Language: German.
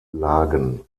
lagen